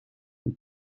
een